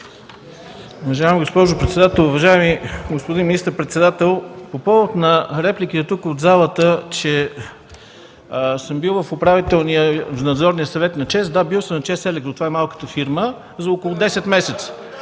Уважаема госпожо председател, уважаеми господин министър-председател! По повод на репликите от залата, че съм бил в Управителния и Надзорния съвет на ЧЕЗ. Да, бил съм в „ЧЕЗ електро” – това е малката фирма, за около 10 месеца.